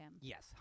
Yes